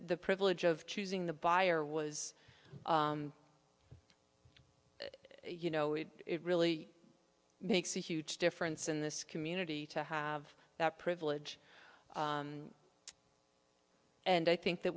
the privilege of choosing the buyer was you know it really makes a huge difference in this community to have that privilege and i think that